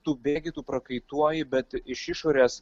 tu bėgi tu prakaituoji bet iš išorės